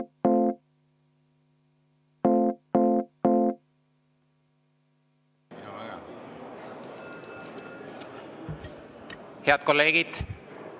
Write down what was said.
Head kolleegid!